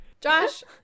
Josh